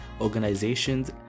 organizations